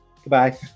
Goodbye